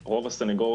הקיים.